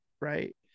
right